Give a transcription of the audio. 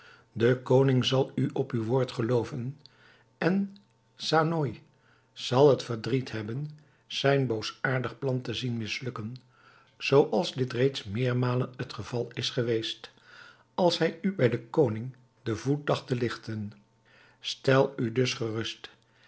de koning zal u op uw woord gelooven en saony zal het verdriet hebben zijn boosaardig plan te zien mislukken zooals dit reeds meermalen het geval is geweest als hij u bij den koning den voet dacht te ligten stel u dus gerust